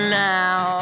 now